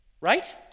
right